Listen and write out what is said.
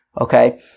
Okay